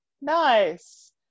Nice